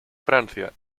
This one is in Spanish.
francia